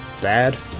dad